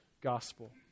Gospel